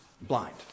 blind